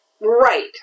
Right